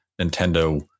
Nintendo